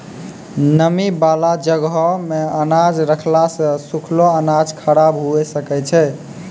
नमी बाला जगहो मे अनाज रखला से सुखलो अनाज खराब हुए सकै छै